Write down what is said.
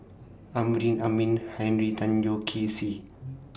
Amrin Amin Henry Tan Yoke See